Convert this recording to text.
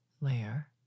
layer